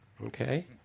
okay